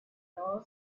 palms